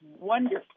wonderful